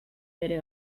bere